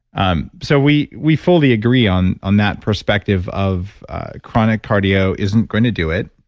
um so we we fully agree on on that perspective of chronic cardio isn't going to do it.